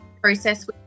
process